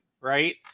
right